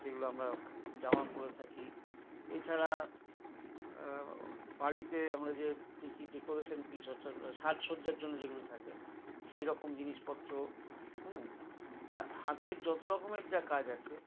অর্থাৎ যেগুলো আমরা জামা পড়ে থাকি এছাড়া বাড়িতে আমরা যে দেখি ডেকোরেশন পিস অর্থাৎ সাজসজ্জার জন্য যেগুলো থাকে সেরকম জিনিসপত্র মানে হাতের যতো রকমের যা কাজ আছে